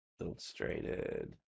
illustrated